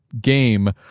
game